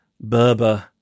Berber